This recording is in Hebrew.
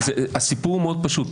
הסיפור הוא מאוד פשוט.